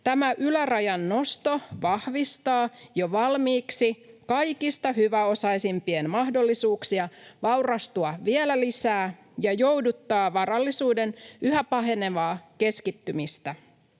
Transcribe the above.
tämä ylärajan nosto vahvistaa jo valmiiksi kaikista hyväosaisimpien mahdollisuuksia vaurastua vielä lisää ja jouduttaa varallisuuden yhä pahenevaa keskittymistä.